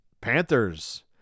Panthers